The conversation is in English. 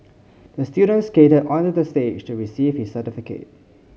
the student skated onto the stage to receive his certificate